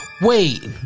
Wait